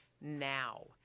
now